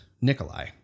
Nikolai